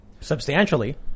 substantially